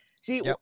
See